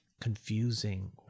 confusing